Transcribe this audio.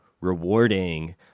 rewarding